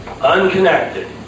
unconnected